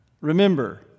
Remember